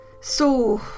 So